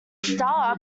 star